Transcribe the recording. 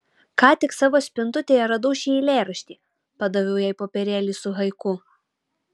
ką tik savo spintutėje radau šį eilėraštį padaviau jai popierėlį su haiku